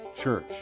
Church